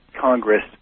Congress